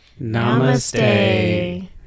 namaste